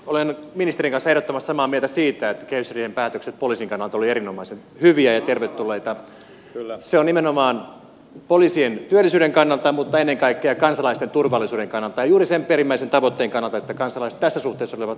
olen ministerin kanssa ehdottomasti samaa mieltä siitä että kehysriihen päätökset poliisin kannalta olivat erinomaisen hyviä ja tervetulleita nimenomaan poliisien työllisyyden kannalta mutta ennen kaikkea kansalaisten turvallisuuden kannalta ja juuri sen perimmäisen tavoitteen kannalta että kansalaiset tässä suhteessa olisivat yhdenvertaisessa asemassa